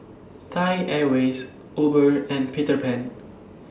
Thai Airways Uber and Peter Pan